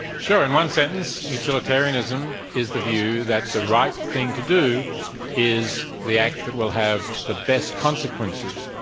sure, in one sentence, utilitarianism is the view that the right thing to do is the act that will have the best consequences,